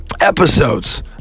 episodes